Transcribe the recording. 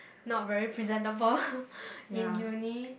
not very presentable in uni